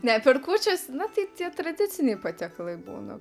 ne per kūčias na tai tie tradiciniai patiekalai būna